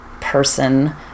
person